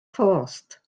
post